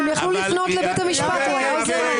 הם יכלו לפנות לבית המשפט, הוא היה עוזר להם.